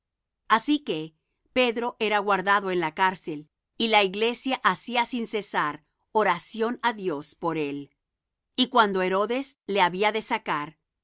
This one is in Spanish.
así que pedro era guardado en la cárcel y la iglesia hacía sin cesar oración á dios por él y cuando herodes le había